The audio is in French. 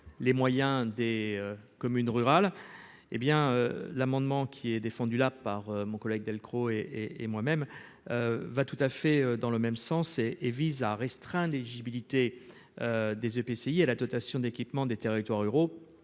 les moyens des communes rurales, hé bien, l'amendement qui est défendu la par mon collègue Delcros et et moi-même va tout à fait dans le même sens et et vise à restreindre l'éligibilité des EPCI à la dotation d'équipement des territoires ruraux